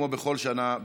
כמו בכל שנה,